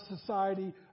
society